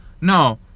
No